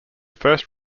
first